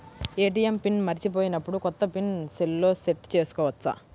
ATM pin మరచిపోయినప్పుడు, కొత్త pin సెల్లో సెట్ చేసుకోవచ్చా?